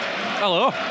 hello